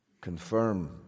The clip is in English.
Confirm